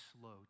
slow